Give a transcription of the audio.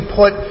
put